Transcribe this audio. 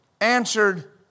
answered